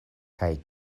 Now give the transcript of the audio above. kaj